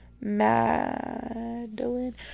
Madeline